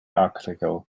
article